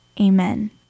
Amen